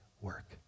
work